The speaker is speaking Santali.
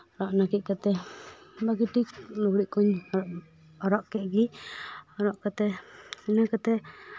ᱨᱚᱜ ᱱᱟᱹᱠᱤᱡ ᱠᱟᱛᱮ ᱵᱷᱟᱹᱜᱤ ᱴᱷᱤᱠ ᱞᱩᱜᱽᱲᱤᱡ ᱠᱚᱧ ᱦᱚᱨᱚᱜ ᱠᱮᱜ ᱜᱮ ᱦᱚᱨᱚᱜ ᱠᱟᱛᱮᱜ ᱤᱱᱟᱹ ᱠᱟᱛᱮᱜ